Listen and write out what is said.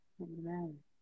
Amen